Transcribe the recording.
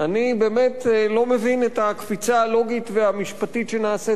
אני באמת לא מבין את הקפיצה הלוגית והמשפטית שנעשית כאן.